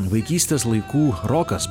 vaikystės laikų rokas